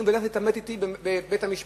ולך תתעמת אתי בבית-המשפט.